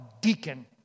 deacon